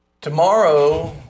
Tomorrow